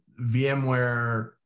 VMware